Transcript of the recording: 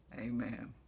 Amen